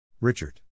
Richard